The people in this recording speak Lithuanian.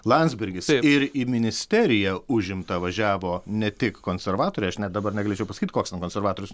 landsbergis ir į ministeriją užimtą važiavo ne tik konservatoriai aš net dabar negalėčiau pasakyt koks ten konservatorius